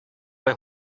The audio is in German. bei